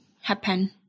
happen